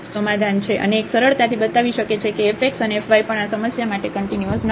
અને એક સરળતાથી બતાવી શકે છે કે f x અને f y પણ આ સમસ્યા માટે કન્ટીન્યુઅસ નથી